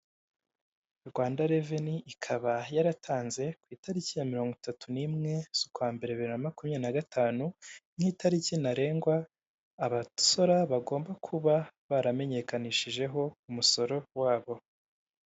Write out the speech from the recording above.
Rwanda revenu ikaba yaratanze ku itariki ya mirongo itatu n'imwe z'ukwa mbere bibiri na makumyabiri na gatanu, nk'itariki ntarengwa abasora bagomba kuba baramenyekanishijeho umusoro wabo.